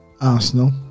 Arsenal